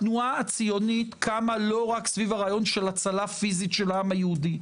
התנועה הציונית קמה לא רק סביב הרעיון של הצלה פיזית של העם היהודי.